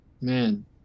Man